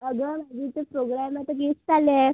अगं जिथं प्रोग्राम आहे तर गेस्ट आले आहेत